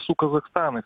su kazachstanais